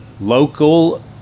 Local